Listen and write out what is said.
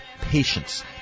patience